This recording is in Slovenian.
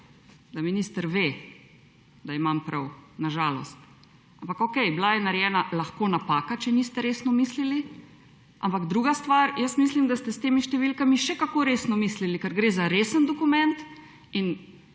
da minister ve, da imam prav. Na žalost. Ampak okej, lahko da je bila narejena napaka, če niste resno mislili, vendar jaz mislim, da ste s temi številkami še kako resno mislili, ker gre za resen dokument in